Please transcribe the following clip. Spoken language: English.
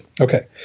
Okay